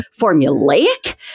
formulaic